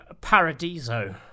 paradiso